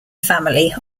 family